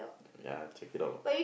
ya check it out